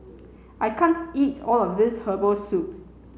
I can't eat all of this Herbal Soup